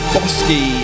Bosky